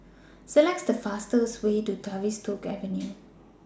Select The fastest Way to Tavistock Avenue